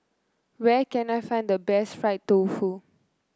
where can I find the best Fried Tofu